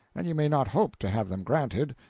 and you may not hope to have them granted.